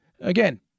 Again